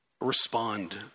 respond